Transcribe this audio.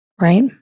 Right